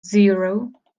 zero